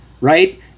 right